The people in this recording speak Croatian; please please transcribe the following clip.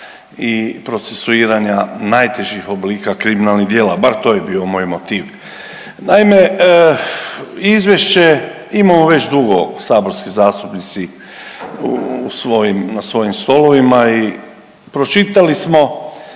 i procesuiranja najtežih oblika kriminalnih djela, bar to je bio moj motiv. Naime, izvješće imamo već dugo saborski zastupnici na svojim stolovima i pročitali smo.